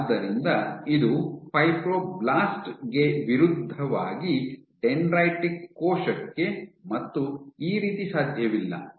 ಆದ್ದರಿಂದ ಇದು ಫೈಬ್ರೊಬ್ಲಾಸ್ಟ್ ಗೆ ವಿರುದ್ಧವಾಗಿ ಡೆಂಡ್ರೈಟಿಕ್ ಕೋಶಕ್ಕೆ ಮತ್ತು ಈ ರೀತಿ ಸಾಧ್ಯವಿಲ್ಲ